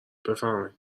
بفرمایید